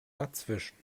dazwischen